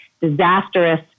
disastrous